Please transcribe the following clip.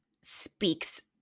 speaks